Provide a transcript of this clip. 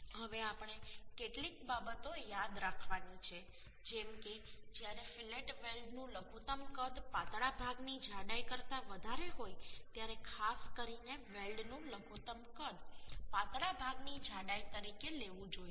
હવે આપણે કેટલીક બાબતો યાદ રાખવાની છે જેમ કે જ્યારે ફીલેટ વેલ્ડનું લઘુત્તમ કદ પાતળા ભાગની જાડાઈ કરતા વધારે હોય ત્યારે ખાસ કરીને વેલ્ડનું લઘુત્તમ કદ પાતળા ભાગની જાડાઈ તરીકે લેવું જોઈએ